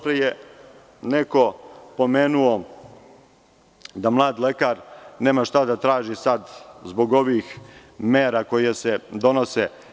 Neko je malo pre pomenuo da mlad lekar nema šta da traži sada, zbog ovih mera koje se donose.